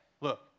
Look